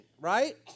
right